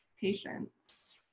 patients